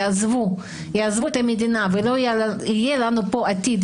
יעזבו את המדינה ולא יהיה לנו כאן עתיד.